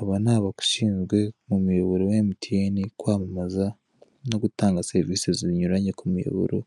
Aba ni abashinzwe mu muyoboro wa emutiyeni kwamamaza no gutanga serivise zinyuranye ku muyoboro,